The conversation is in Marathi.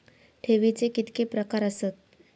ठेवीचे कितके प्रकार आसत?